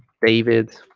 david